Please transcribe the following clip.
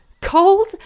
cold